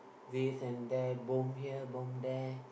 this and that bomb here bomb there